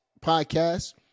podcast